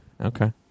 Okay